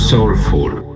Soulful